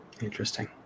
Interesting